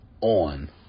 on